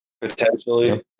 potentially